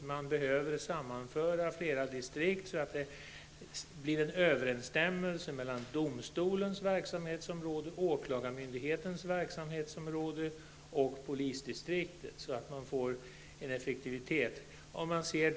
Flera distrikt behöver sammanföras så att det blir en överensstämmelse mellan domstolens verksamhetsområde, åklagarmyndighetens verksamhetsområde och polisdistriktet för att därigenom erhålla effektivitet.